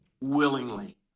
willingly